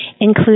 include